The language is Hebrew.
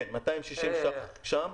כן, 260 שקלים שם.